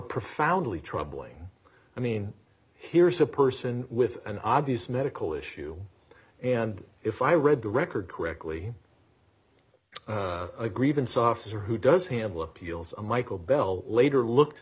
profoundly troubling i mean here's a person with an obvious medical issue and if i read the record correctly a grievance officer who does handle appeals and michael bell later looked